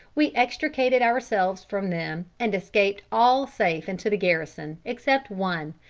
we extricated ourselves from them and escaped all safe into the garrison except one,